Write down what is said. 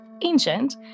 ancient